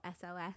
SOS